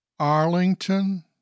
Arlington